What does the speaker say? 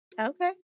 Okay